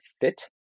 fit